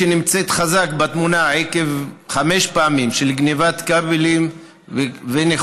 שנמצאת חזק בתמונה עקב חמש פעמים של גנבת כבלים ונחושת,